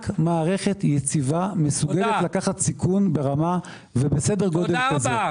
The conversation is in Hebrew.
רק מערכת יציבה מסוגלת לקחת סיכון ברמה וסדר גודל כזה.